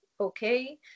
okay